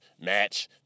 match